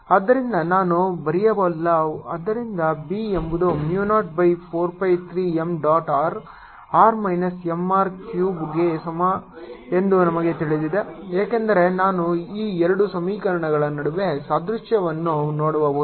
ಆದ್ದರಿಂದ ನಾನು ಬರೆಯಬಲ್ಲೆ ಆದ್ದರಿಂದ B ಎಂಬುದು mu 0 by 4 pi 3 m dot r r minus m r ಕ್ಯೂಬ್ಗೆ ಸಮ ಎಂದು ನಮಗೆ ತಿಳಿದಿದೆ ಏಕೆಂದರೆ ನಾನು ಈ ಎರಡು ಸಮೀಕರಣಗಳ ನಡುವೆ ಸಾದೃಶ್ಯವನ್ನು ಮಾಡಬಹುದು